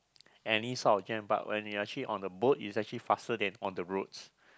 any sort of jam but when you actually on a boat it's actually faster than on the roads